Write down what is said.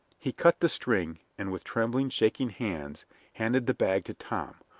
he cut the string, and with trembling, shaking hands handed the bag to tom,